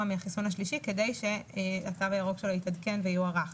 מאז החיסון השלישי כדי שהתו הירוק שלו יתעדכן ויוארך.